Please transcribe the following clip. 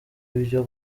ibyo